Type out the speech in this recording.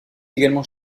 également